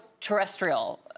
terrestrial